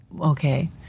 Okay